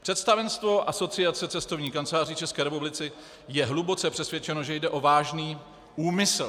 Představenstvo Asociace cestovních kanceláří České republiky je hluboce přesvědčeno, že jde o vážný úmysl.